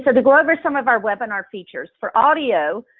sort of go over some of our webinar features, for audio,